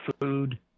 food